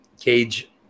cage